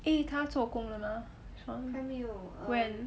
eh 他做工了吗 shaun